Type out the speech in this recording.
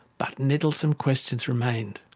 but nettlesome questions remained.